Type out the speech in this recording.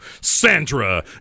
Sandra